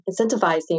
incentivizing